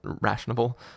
rational